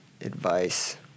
advice